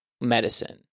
medicine